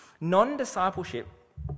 Non-discipleship